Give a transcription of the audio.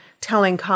telling